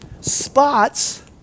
Spots